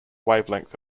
wavelength